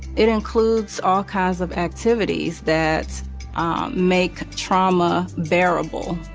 it includes all kinds of activities that make trauma bearable.